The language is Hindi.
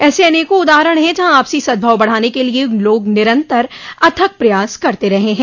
ऐसे अनेकों उदाहरण हैं जहां आपसी सद्भाव बढ़ाने के लिए लोग निरंतर अथक प्रयास करते रहे हैं